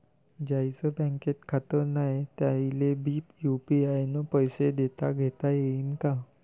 ज्याईचं बँकेत खातं नाय त्याईले बी यू.पी.आय न पैसे देताघेता येईन काय?